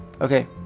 Okay